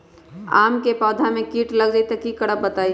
आम क पौधा म कीट लग जई त की करब बताई?